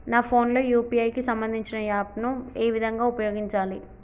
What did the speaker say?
నా ఫోన్ లో యూ.పీ.ఐ కి సంబందించిన యాప్ ను ఏ విధంగా ఉపయోగించాలి?